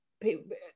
people